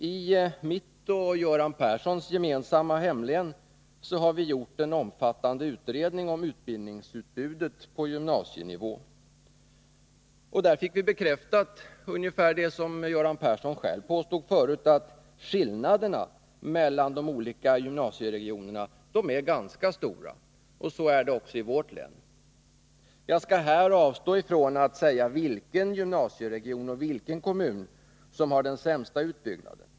I mitt och Göran Perssons gemensamma hemlän har vi gjort en omfattande utredning om utbildningsutbudet på gymnasienivå. Där fick vi bekräftat det som Göran Persson själv påstod förut, att skillnaderna mellan de olika gymnasieregionerna är ganska stora. Så är det också i vårt län. Jag skall här avstå från att säga vilken gymnasieregion och vilken kommun som har den sämsta utbyggnaden.